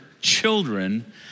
children